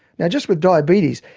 now just with diabetes,